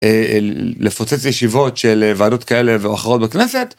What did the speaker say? לפוצץ ישיבות של ועדות כאלה ואחרות בכנסת.